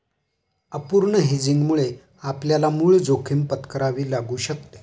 अपूर्ण हेजिंगमुळे आपल्याला मूळ जोखीम पत्करावी लागू शकते